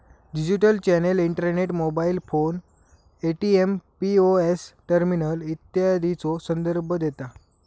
digital channel internet, mobile phone, ATM, POS terminal इत्यादीचो संदर्भ देता